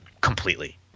completely